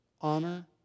honor